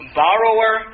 borrower